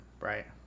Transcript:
Right